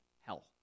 hell